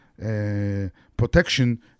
protection